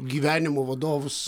gyvenimo vadovus